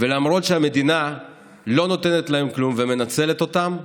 ולמרות שהמדינה לא נותנת להם כלום ומנצלת אותם,